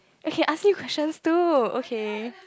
I can ask you questions too okay